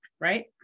right